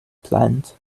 plant